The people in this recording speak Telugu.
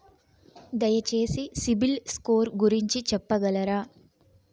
దయచేసి సిబిల్ స్కోర్ గురించి చెప్పగలరా?